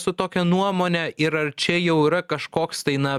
su tokia nuomone ir ar čia jau yra kažkoks tai na